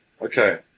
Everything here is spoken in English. Okay